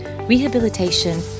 rehabilitation